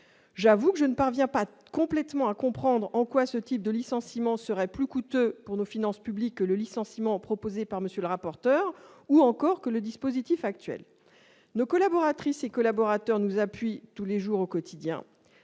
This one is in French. J'avoue ne pas parvenir à complètement comprendre en quoi ce type de licenciement serait plus coûteux pour nos finances publiques que le licenciement proposé par M. le rapporteur ou que le dispositif actuel. Nos collaboratrices et collaborateurs nous appuient tous et nous aident au quotidien.